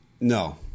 No